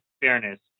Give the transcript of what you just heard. fairness